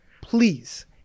please